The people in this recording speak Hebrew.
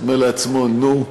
אומר לעצמו: נו,